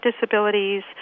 disabilities